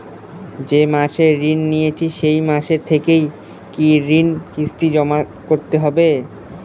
যে মাসে ঋণ নিয়েছি সেই মাস থেকেই কি ঋণের কিস্তি জমা করতে হবে?